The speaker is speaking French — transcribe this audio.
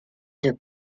deux